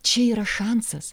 čia yra šansas